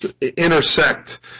intersect